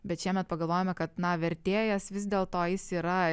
bet šiemet pagalvojome kad na vertėjas vis dėl to jis yra